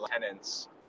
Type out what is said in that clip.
tenants